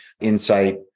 insight